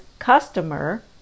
customer